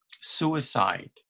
suicide